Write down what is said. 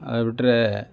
ಅದು ಬಿಟ್ರೆ